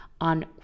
on